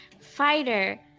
fighter